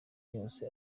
yose